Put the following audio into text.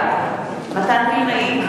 בעד מתן וילנאי,